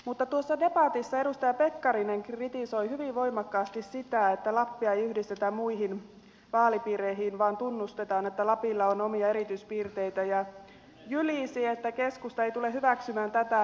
mutta tuossa debatissa edustaja pekkarinen kritisoi hyvin voimakkaasti sitä että lappi yhdistettäisiin muihin vaalipiireihin vaan hänestä tulisi tunnustaa että lapilla on omia erityispiirteitä ja jylisi että keskusta ei tule hyväksymään tätä